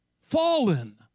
Fallen